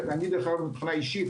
אני מבחינה אישית